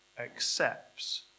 accepts